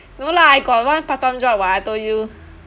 no lah I got one part time job [what] I told you